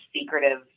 secretive